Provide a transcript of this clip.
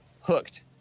hooked